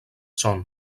són